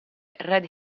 red